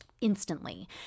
instantly